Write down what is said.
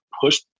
push